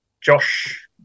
Josh